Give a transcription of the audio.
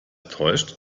täuscht